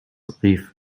rief